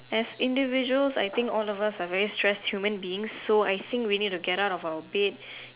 as individuals I think all of us are very stressed human beings so I think we need to get out of our bed